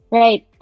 right